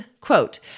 quote